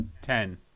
Ten